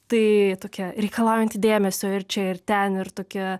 tai tokia reikalaujanti dėmesio ir čia ir ten ir tokia